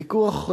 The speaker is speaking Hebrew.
הוויכוח,